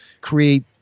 create